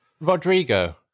Rodrigo